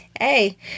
hey